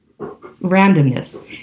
randomness